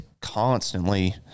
constantly